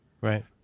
right